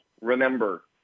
Remember